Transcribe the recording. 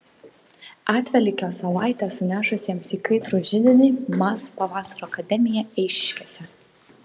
atvelykio savaitę sunešusiems į kaitrų židinį mas pavasario akademiją eišiškėse